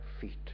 feet